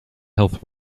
health